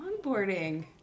Onboarding